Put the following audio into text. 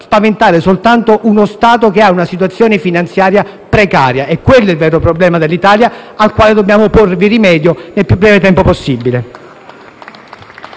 spaventare soltanto uno Stato che ha una situazione finanziaria precaria: è questo il vero problema dell'Italia, al quale dobbiamo porre rimedio nel più breve tempo possibile.